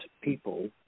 people